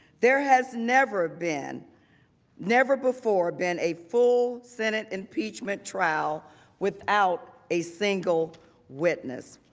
there has never been never before been a full senate impeachment trial without a single witness.